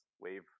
Wave